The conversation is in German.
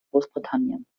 großbritannien